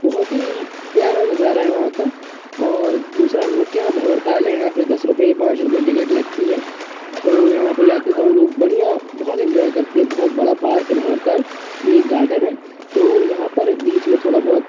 बहुत ही प्यारा नज़ारा है वहाँ का और दूसरा हम लोग के यहाँ भँवरताल है यहाँ पे दस रूपए पाँच रूपए टिकट लगती है तो यहाँ पे जाते हैं तो हम लोग बढिया बहुत इन्जॉय करते हैं बहुत बड़ा पार्क है भँवरताल ये एक गार्डन है तो यहाँ पर बीच में थोड़ा बहुत